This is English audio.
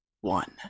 one